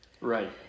Right